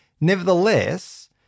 Nevertheless